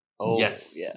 Yes